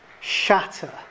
shatter